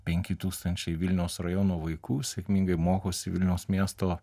penki tūkstančiai vilniaus rajono vaikų sėkmingai mokosi vilniaus miesto